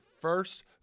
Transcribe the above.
first